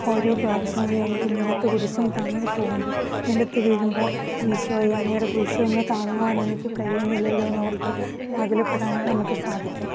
ഓരോ പ്രാവശ്യം വീണൊക്കെ നിലത്ത് കുരിശും താങ്ങിപ്പോകുമ്പോള് നിലത്ത് വീഴുമ്പോള് ഈശോയേ അങ്ങയുടെ കുരിശൊന്ന് താങ്ങുവാനെനിക്ക് കഴിയുന്നില്ലല്ലോന്നോർത്ത് വ്യാകുലപ്പെടാൻ നമുക്ക് സാധിക്കും